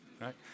right